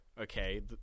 okay